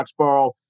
foxborough